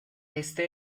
este